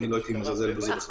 לא הייתי מזלזל בזה בכלל.